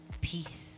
Peace